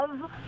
Love